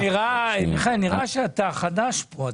מיכאל, נראה שאתה חדש פה.